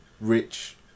rich